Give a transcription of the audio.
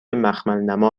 مخملنما